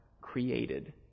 created